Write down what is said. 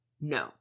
no